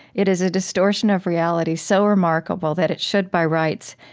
it is a distortion of reality so remarkable that it should, by rights,